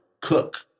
Cook